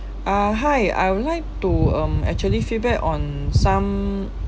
uh hi I would like to um actually feedback on some